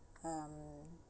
um